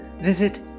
visit